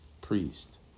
priest